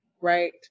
right